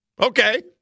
Okay